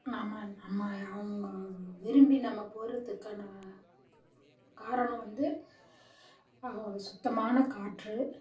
நாம் நம்ம அவங்க விரும்பி நம்ம போகிறத்துக்கனா காரணம் வந்து சுத்தமான காற்று